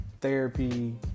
therapy